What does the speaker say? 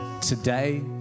today